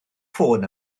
ffôn